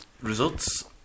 results